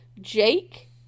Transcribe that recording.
Jake